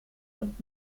und